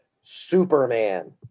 superman